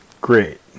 great